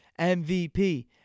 MVP